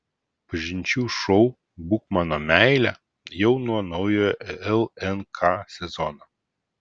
pažinčių šou būk mano meile jau nuo naujojo lnk sezono